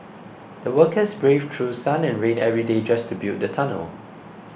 the workers braved through sun and rain every day just to build the tunnel